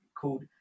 called